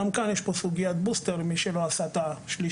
גם כאן יש פה סוגיית בוסטר למי שלא עשה את השלישי.